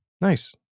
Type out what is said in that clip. nice